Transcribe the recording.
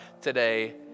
today